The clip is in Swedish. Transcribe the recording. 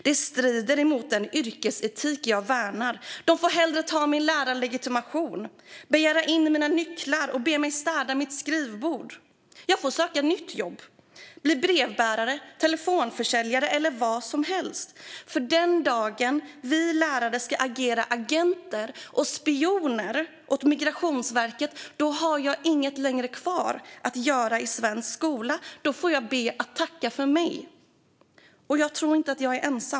Det strider emot den yrkesetik jag värnar. De får hellre ta min lärarlegitimation, begära in mina nycklar och be mig städa mitt skrivbord. Jag får söka nytt jobb, bli brevbärare, telefonförsäljare eller vad som helst. För den dagen vi lärare ska agera agenter och spioner åt Migrationsverket har jag inget längre kvar att göra i svensk skola. Då får jag be att tacka för mig. Och jag tror inte att jag är ensam.